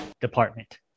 department